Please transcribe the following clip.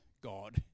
God